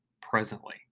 presently